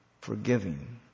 forgiving